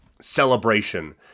celebration